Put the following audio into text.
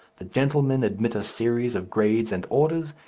the gentlemen admit a series of grades and orders,